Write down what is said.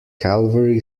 calvary